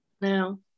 no